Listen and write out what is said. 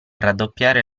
raddoppiare